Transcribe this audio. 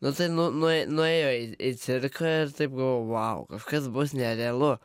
nu tai nu nuj nuėjo į į cirką ir taip galvojau kažkas bus nerealu